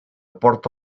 porta